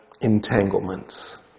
entanglements